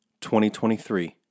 2023